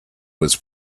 was